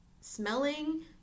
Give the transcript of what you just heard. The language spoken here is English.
smelling